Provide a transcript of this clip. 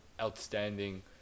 outstanding